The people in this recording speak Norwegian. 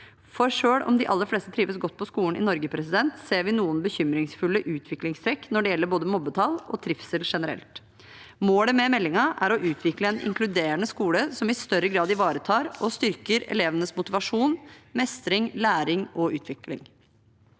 For selv om de aller fleste trives godt på skolen i Norge, ser vi noen bekymringsfulle utviklingstrekk når det gjelder både mobbetall og trivsel generelt. Målet med meldingen er å utvikle en inkluderende skole som i større grad ivaretar og styrker elevenes moti vasjon, mestring, læring og utvikling.